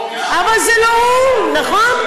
אבל זה לא הוא, נכון.